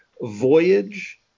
Voyage